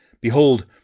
behold